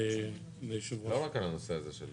לא רק על הנושא הזה של